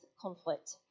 conflict